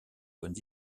bonnes